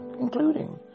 including